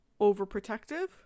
overprotective